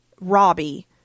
Robbie